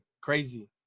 crazy